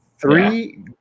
Three